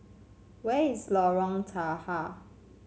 where is Lorong Tahar